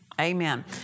Amen